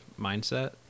mindset